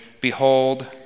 Behold